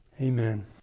Amen